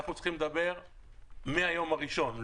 אנחנו צריכים לדבר מהיום הראשון.